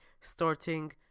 starting